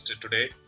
today